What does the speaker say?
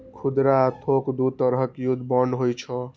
खुदरा आ थोक दू तरहक युद्ध बांड होइ छै